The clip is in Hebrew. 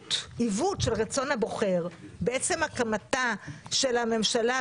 עיוות של רצון הבוחר בעצם הקמתה של הממשלה,